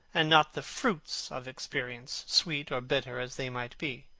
and not the fruits of experience, sweet or bitter as they might be.